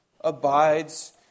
abides